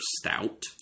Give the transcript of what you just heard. stout